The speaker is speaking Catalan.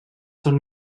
són